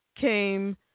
came